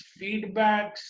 feedbacks